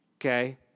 okay